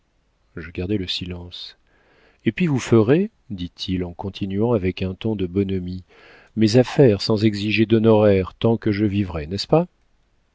je gardai le silence et puis vous ferez dit-il en continuant avec un ton de bonhomie mes affaires sans exiger d'honoraires tant que je vivrai n'est-ce pas